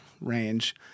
range